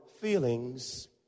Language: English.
feelings